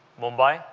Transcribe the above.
mumbai